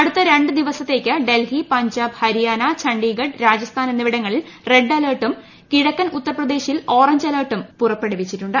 അടുത്ത രണ്ട് ദിവസത്തേക്ക് ഡൽഹി പഞ്ചാബ് ഹരിയാണ ഛഢിഗഢ് രാജസ്ഥാൻ എന്നിവിടങ്ങളിൽ റെഡ് അലർട്ടും കിഴക്കൻ ഉത്തർപ്രദേശിൽ ഓറഞ്ച് അലർട്ടും പുറപ്പെടുവിച്ചിട്ടുണ്ട്